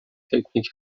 تکنیک